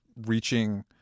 reaching